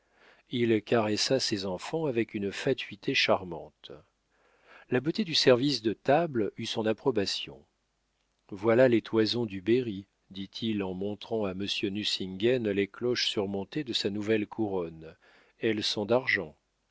il caressa ses enfants avec une fatuité charmante la beauté du service de table eut son approbation voilà les toisons du berry dit-il en montrant à monsieur de nucingen les cloches surmontées de sa nouvelle couronne elles sont d'argent